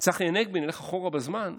הלכתי דווקא לאנשים שהם לא מהמחנה הפוליטי שלי.